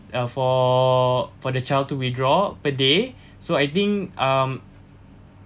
uh for for the child to withdraw per day so I think um